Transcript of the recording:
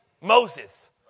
Moses